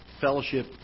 fellowship